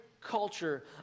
culture